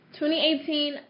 2018